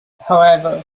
however